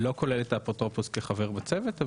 לא כולל את האפוטרופוס כחבר בצוות,